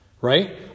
Right